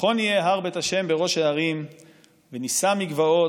"נכון יהיה הר בית ה' בראש ההרים ונִשא מגבעות